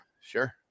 Sure